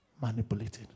Manipulated